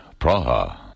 Praha